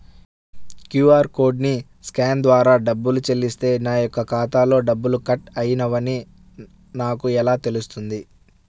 QR కోడ్ని scan ద్వారా డబ్బులు చెల్లిస్తే నా యొక్క ఖాతాలో డబ్బులు కట్ అయినవి అని నాకు ఎలా తెలుస్తుంది?